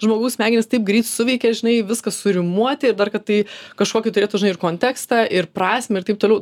žmogaus smegenys taip greit suveikė žinai viską surimuoti ir dar kad tai kažkokį turėtų ir kontekstą ir prasmę ir taip toliau